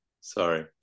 Sorry